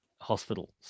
hospitals